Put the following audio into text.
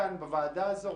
בוועדה הזאת,